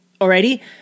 already